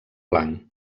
blanc